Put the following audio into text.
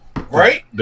right